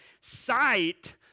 sight